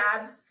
labs